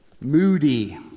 moody